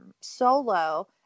solo